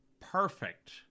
perfect